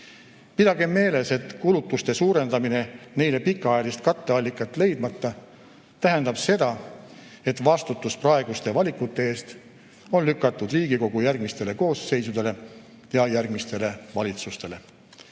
Pidagem meeles, et kulutuste suurendamine neile pikaajalist katteallikat leidmata tähendab seda, et vastutus praeguste valikute eest on lükatud Riigikogu järgmistele koosseisudele ja järgmistele valitsustele.